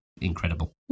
incredible